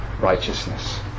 righteousness